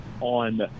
on